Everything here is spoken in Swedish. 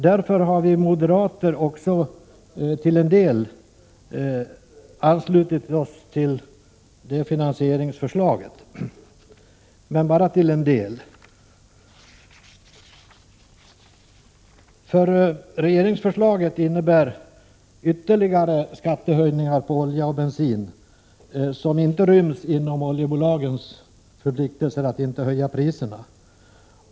Därför har vi moderater också till en del anslutit oss till finansieringsförslaget. Men bara till en del. Regeringsförslaget innebär nämligen ytterligare skattehöjningar på olja och bensin, vilka inte ryms inom oljebolagens förpliktelser att inte höja priserna.